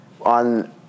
on